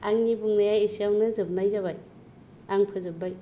आंनि बुंनाया एसेयावनो जोबनाय जाबाय आं फोजोबबाय